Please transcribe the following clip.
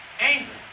angry